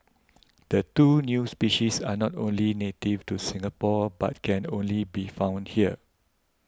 the two new species are not only native to Singapore but can only be found here